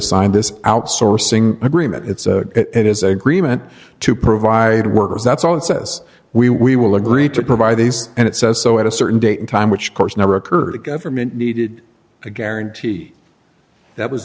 this outsourcing agreement it's a it is a agreement to provide workers that's all it says we we will agree to provide these and it says so at a certain date in time which course never occurred a government needed a guarantee that was